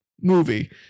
movie